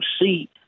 see